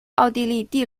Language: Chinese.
奥地利